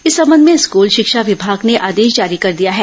इस संबंध में स्कृल शिक्षा विभाग ने आदेश जारी कर दिया है